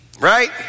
right